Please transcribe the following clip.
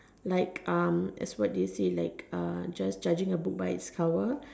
like as what did you said just judging its book by its cover